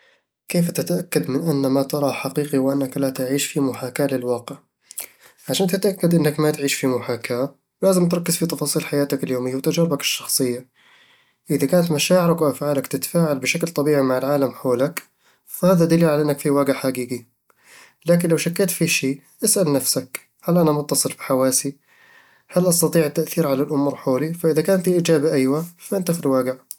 كيف تتأكد من أن ما تراه حقيقي وأنك لا تعيش في محاكاة للواقع؟ عشان تتأكد إنك ما تعيش في محاكاة، لازم تركز في تفاصيل حياتك اليومية وتجاربك الشخصية إذا كانت مشاعرك وأفعالك تتفاعل بشكل طبيعي مع العالم حولك، فهذا دليل على أنك في واقع حقيقي لكن لو شكيت في شيء، أسأل نفسك: "هل أنا متصل بحواسي؟ هل أستطيع التأثير على الأمور حولي؟" إذا كانت الإجابة ايوه، فأنت في الواقع